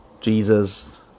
jesus